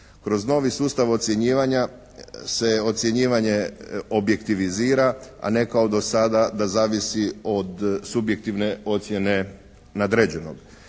Kroz novi sustav ocjenjivanja se ocjenjivanje objektivizira a ne kao do sada da zavisi od subjektivne ocjene nadređenog.